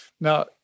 Now